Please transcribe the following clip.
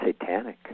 satanic